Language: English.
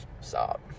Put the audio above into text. stop